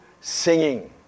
singing